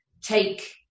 take